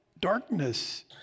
darkness